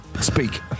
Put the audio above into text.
speak